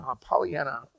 Pollyanna